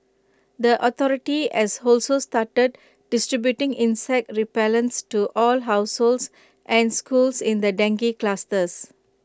the authority as also started distributing insect repellents to all households and schools in the dengue clusters